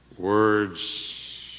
Words